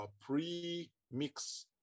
pre-mix